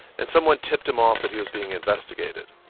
and someone tipped him off that he was being investigated.